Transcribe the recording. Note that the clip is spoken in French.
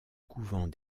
couvent